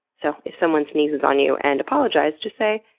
so if someone sneezes on you and apologized, just say,